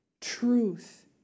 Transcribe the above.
Truth